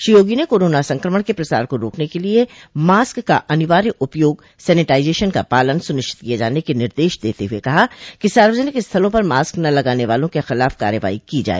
श्री योगी ने कोरोना संक्रमण के प्रसार को रोकने के लिए मास्क का अनिवार्य उपयोग सेनेटाइजेशन का पालन सुनिश्चित किये जाने के निर्देश देते हुए कहा कि सार्वजनिक स्थलों पर मास्क न लगाने वालों के खिलाफ कार्रवाई की जाय